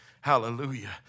Hallelujah